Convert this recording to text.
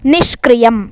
निष्क्रियम्